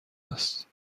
است